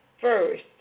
first